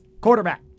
quarterback